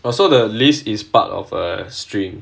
oh so the list is part of a string